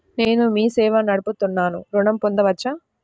నేను మీ సేవా నడుపుతున్నాను ఋణం పొందవచ్చా?